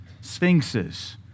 sphinxes